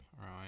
Right